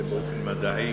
זה באופן מדעי.